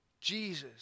Jesus